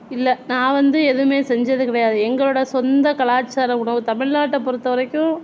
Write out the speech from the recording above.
இல்லை நான் வந்து எதுவுமே செஞ்சது கிடையாது எங்களோடய சொந்த கலாச்சார உணவு தமிழ்நாட்டை பொறுத்த வரைக்கும்